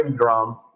drum